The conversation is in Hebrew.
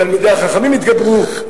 תלמידי חכמים יתגברו,